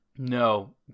No